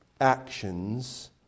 actions